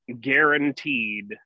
guaranteed